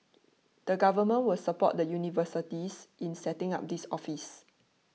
the Government will support the universities in setting up this office